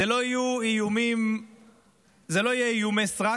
אלה לא יהיו איומי סרק.